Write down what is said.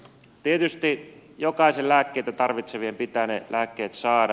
tietysti jokaisen lääkkeitä tarvitsevan pitää ne lääkkeet saada